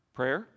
Prayer